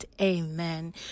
Amen